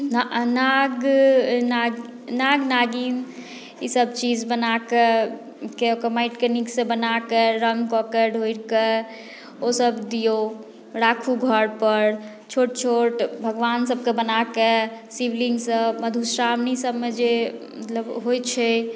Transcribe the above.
नाग नाग नागिन ई सभ चीज बनाकऽ ओकरा माटिकेँ नीकसँ बनाकेँ रङ्ग कऽ कऽ ढेउरकऽ ओ सभ दियौ राखू घर पर छोट छोट भगवान सभके बनाके शिवलिङ्ग सभ मधुश्रावणी सभमे जे मतलब होइ छै